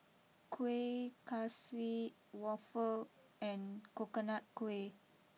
Kuih Kaswi waffle and Coconut Kuih